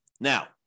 Now